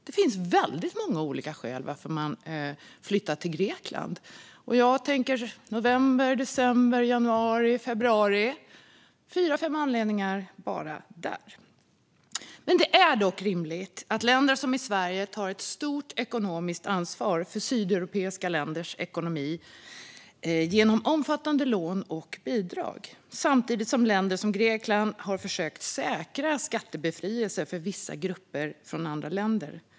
Det finns många olika skäl till att människor flyttar till Grekland. Exempelvis utgör november, december, januari och februari fyra anledningar. Det är dock inte rimligt att länder som Sverige tar ett stort ekonomiskt ansvar för sydeuropeiska länders ekonomi genom omfattande lån och bidrag samtidigt som länder som Grekland har försökt att säkra skattebefrielser för vissa grupper från andra länder.